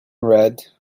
red